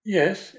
yes